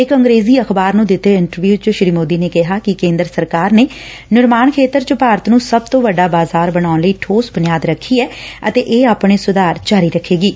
ਇਕ ਅੰਗਰੇਜ਼ੀ ਅਖ਼ਬਾਰ ਨੂੰ ਦਿੱਤੇ ਇੰਟਰਵਿਊ ਚ ਸ੍ਰੀ ਮੋਦੀ ਨੇ ਕਿਹਾ ਕਿ ਕੇਂਦਰ ਸਰਕਾਰ ਨੇ ਨਿਰਮਾਣ ਖੇਤਰ ਚ ਭਾਰਤ ਨੂੰ ਸਭ ਤੋਂ ਵੱਡਾ ਬਾਜਾਰ ਬਣਾਉਣ ਲਈ ਠੋਸ ਬੁਨਿਆਦ ਰੱਖੀ ਐ ਅਤੇ ਇਹ ਆਪਣੇ ਸੁਧਾਰ ਜਾਰੀ ਰੱਖੇਗੀ